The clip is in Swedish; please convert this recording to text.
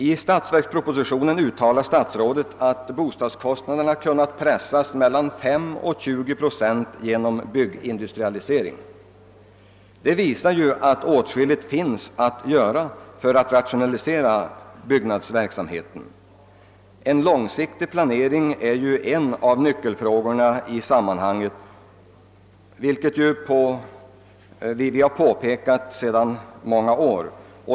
I — statsverkspropositionen = uttalar statsrådet, att byggnadskostnaderna genom byggindustrialisering kunnat pressas med mellan 5 och 20 procent. Det visar ju att åtskilligt finns att göra för att rationalisera byggnadsverksamheten. En långsiktig planering är ju en av nyckelfrågorna i det sammanhanget, något som vi under många år har påpekat.